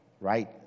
right